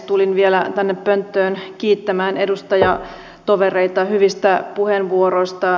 tulin vielä tänne pönttöön kiittämään edustajatovereita hyvistä puheenvuoroista